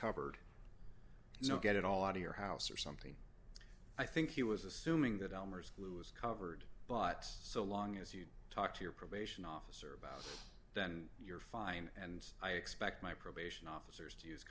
covered you know get it all out of your house or something i think he was assuming that elmer's glue is covered but so long as you talk to your probation officer about that and you're fine and i expect my probation officers to use